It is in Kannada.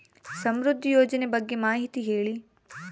ಸಮೃದ್ಧಿ ಯೋಜನೆ ಬಗ್ಗೆ ಮಾಹಿತಿ ಹೇಳಿ?